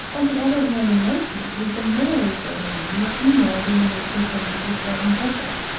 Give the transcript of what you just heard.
on the other hand, in one species the male is golden-green, the female being richly tinted with red and purple.